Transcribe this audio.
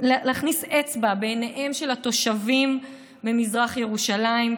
להכניס אצבע בעיניהם של התושבים במזרח ירושלים,